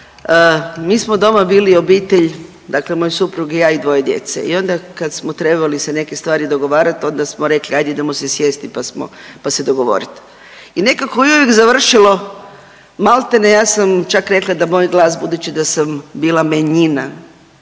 mi smo doma bili obitelj, dakle moj suprug i ja i dvoje djece i onda kad smo trebali se neke stvari dogovarati, onda smo rekli, ajdemo idemo se sjesti pa smo, pa se dogovoriti i nekako je uvijek završilo, maltene, ja sam čak rekla da moj glas, budući da sam bila manjina,